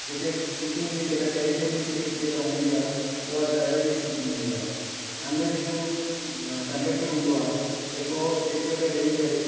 जेके सीटियूं हूंदी आहे जेका पहिरीं पहिरीं सीट जेका हूंदी आहे उहा ड्राइवर जी सीट हूंदी आहे अंदरि हिकु कंडक्टर हूंदो आहे जेको टिकट ॾेई करे